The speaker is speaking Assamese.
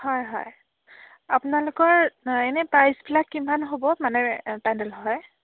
হয় হয় আপোনালোকৰ এ এনে প্ৰাইচবিলাক কিমান হ'ব মানে পেন্দেল হয়